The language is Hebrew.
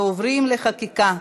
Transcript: ועוברים לחקיקה.